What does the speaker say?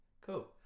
Cool